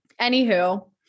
anywho